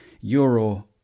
euro